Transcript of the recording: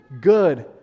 good